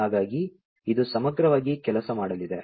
ಹಾಗಾಗಿ ಇದು ಸಮಗ್ರವಾಗಿ ಕೆಲಸ ಮಾಡಲಿದೆ